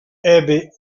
abby